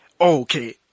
Okay